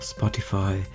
Spotify